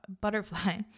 butterfly